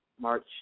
March